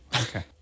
Okay